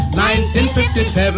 1957